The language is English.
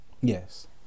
Yes